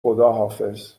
خداحافظ